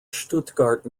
stuttgart